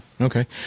okay